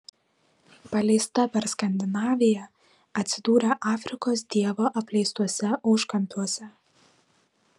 paleista per skandinaviją atsidūrė afrikos dievo apleistuose užkampiuose